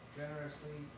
generously